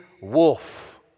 wolf